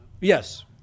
Yes